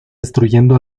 destruyendo